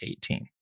18